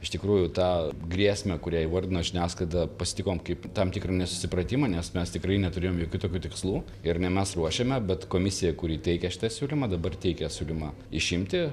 iš tikrųjų tą grėsmę kurią įvardino žiniasklaida pasitikome kaip tam tikrą nesusipratimą nes mes tikrai neturėjom jokių tokių tikslų ir ne mes ruošiame bet komisija kuri teikia šitą siūlymą dabar teikia siulymą išimti